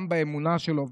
גם באמונה שלו,